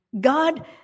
God